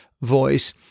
voice